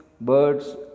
birds